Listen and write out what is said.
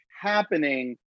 happening